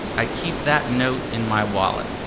i keep that note in my wallet.